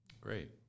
Great